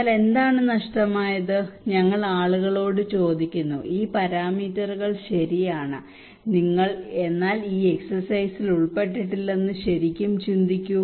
എന്നാൽ എന്താണ് നഷ്ടമായത് ഞങ്ങൾ ആളുകളോട് ചോദിക്കുന്നു ഈ പാരാമീറ്ററുകൾ ശരിയാണ് എന്നാൽ ഈ എക്സിർസിസിൽ ഉൾപ്പെട്ടിട്ടില്ലെന്ന് നിങ്ങൾ ശരിക്കും ചിന്തയ്ക്കു